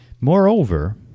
Moreover